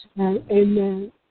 Amen